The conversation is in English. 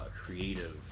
creative